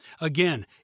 Again